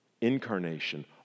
incarnation